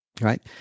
right